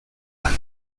lan